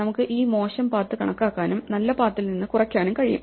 നമുക്ക് ഈ മോശം പാത്ത് കണക്കാക്കാനും നല്ല പാത്തിൽ നിന്ന് കുറയ്ക്കാനും കഴിയും